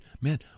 man